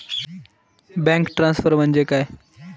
Bank transfer म्हणजे काय?